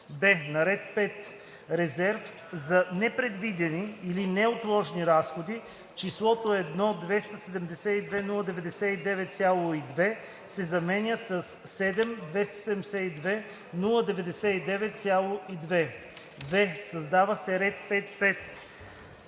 б) на ред 5 „Резерв за непредвидени и/или неотложни разходи“ числото „1 272 099,2“ се заменя със „ 7 272 099,2“ ; в) създава се ред 5.5: